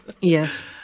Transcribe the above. Yes